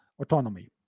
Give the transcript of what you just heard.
autonomy